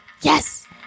yes